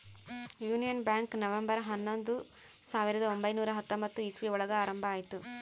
union Bank November ಹನ್ನೊಂದು ಸಾವಿರದ ಒಂಬೈನುರ ಹತ್ತೊಂಬತ್ತು ಇಸ್ವಿ ಒಳಗ ಆರಂಭ ಆಯ್ತು